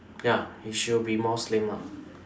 ya it she will be more slim ah